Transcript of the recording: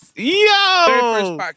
Yo